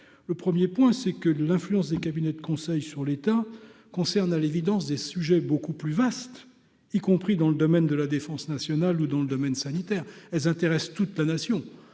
le 1er point, c'est que l'influence des cabinets de conseils sur l'état concerne à l'évidence des sujets beaucoup plus vaste, y compris dans le domaine de la défense nationale ou dans le domaine sanitaire elles intéressent toute la nation,